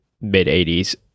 mid-80s